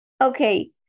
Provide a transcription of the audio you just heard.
Okay